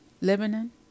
Lebanon